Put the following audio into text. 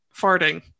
farting